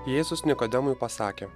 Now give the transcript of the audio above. jėzus nikodemui pasakė